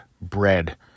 bread